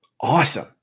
awesome